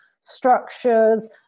structures